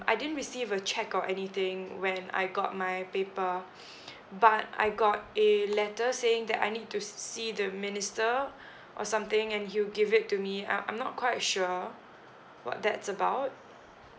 I didn't receive a cheque or anything when I got my paper but I got a letter saying that I need to see see the minister or something and he'll give it to me um I'm not quite sure what that's about